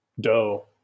dough